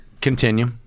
continue